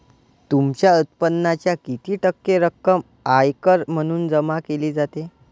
तुमच्या उत्पन्नाच्या किती टक्के रक्कम आयकर म्हणून जमा केली जाते?